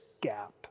gap